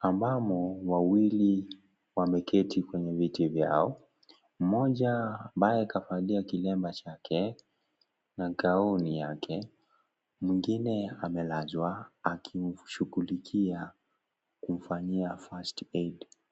ambamo wawili wameketi kwenye viti vyao. Mmoja, ambaye kavalia kilema chake na gauni yake, mwingine amelazwa akimshughulikia kumfanyia First aid .